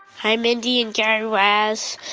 hi, mindy and guy raz.